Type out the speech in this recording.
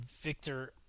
Victor